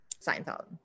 Seinfeld